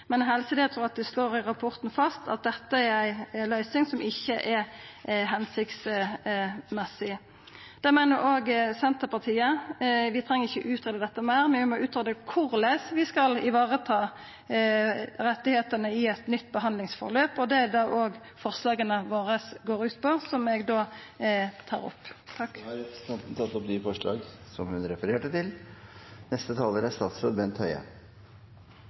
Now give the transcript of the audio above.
men Helsedirektoratet slår i rapporten fast at dette er ei løysing som ikkje er hensiktsmessig. Det meiner òg Senterpartiet. Vi treng ikkje greia ut dette noko meir, men vi må greia ut korleis vi skal vareta rettane i eit nytt behandlingsløp. Det er det forslaga våre, som eg tar opp, går ut på. Representanten Kjersti Toppe har tatt opp de forslagene hun refererte til. Jeg vil innledningsvis si meg enig med representanten Toppe i at det er